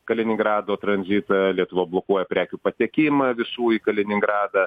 kaliningrado tranzitą lietuva blokuoja prekių patekimą visų į kaliningradą